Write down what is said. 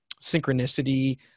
synchronicity